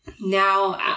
Now